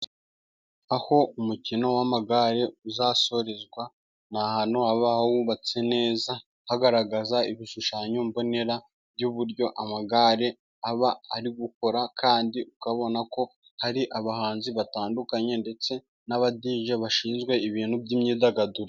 Aho umukino w'amagare uzasorezwa, ni ahantu haba hubatse neza, hagaragaza ibishushanyo mbonera by'uburyo amagare aba ari gukora, kandi ukabona ko hari abahanzi batandukanye, ndetse n'abadije bashinzwe ibintu by'imyidagaduro.